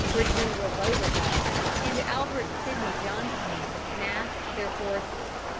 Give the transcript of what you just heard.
where general beauregard and albert sidney johnston massed their forces.